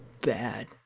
bad